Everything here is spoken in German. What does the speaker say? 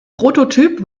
prototyp